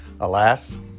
Alas